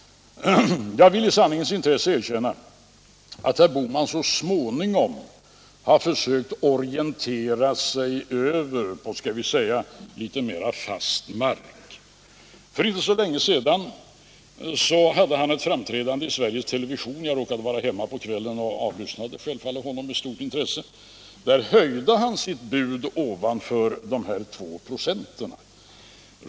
Jag vill i sanningens intresse erkänna att herr Bohman så småningom försökt orientera sig över på, skall vi säga, litet mer fast mark. För inte så länge sedan gjorde han ett framträdande i Sveriges television. Jag råkade vara hemma på kvällen och lyssnade då självfallet med stort intresse. I detta framträdande höjde han sitt bud ovanför de 2 procenten.